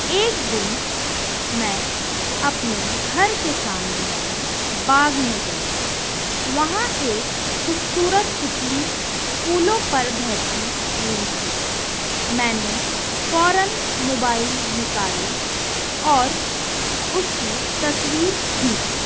ایک دن میں اپنے گھر کے سامنے والے باغ میں گئی وہاں ایک خوبصورت تتلی فولوں پر بیٹھی ہوئی تھی میں نے فوراً موبائل نکالی اور اس کی تصویر کھینچی